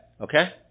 Okay